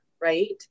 right